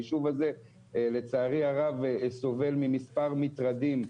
היישוב הזה לצערי הרב סובל ממספר מטרדים,